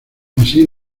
así